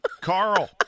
Carl